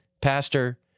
pastor